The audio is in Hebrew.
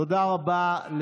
תודה רבה.